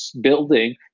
building